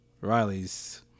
Riley's